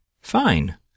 fine